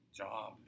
job